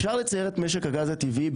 אפשר לצייר את משק הגז הטבעי,